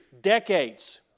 decades